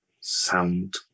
sound